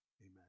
Amen